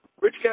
Rich